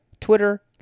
Twitter